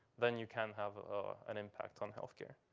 then you can have an impact on health care,